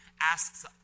Asks